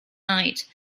night